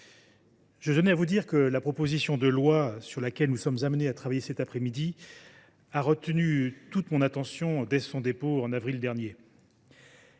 je tiens à vous dire que la proposition de loi sur laquelle nous sommes amenés à travailler cet après midi a retenu toute mon attention dès son dépôt, en avril dernier.